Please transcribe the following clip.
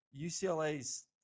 UCLA's